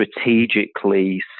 strategically